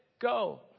go